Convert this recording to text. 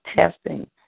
testing